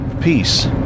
peace